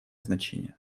значение